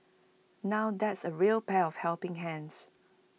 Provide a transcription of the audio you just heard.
now that's A real pair of helping hands